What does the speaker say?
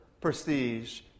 prestige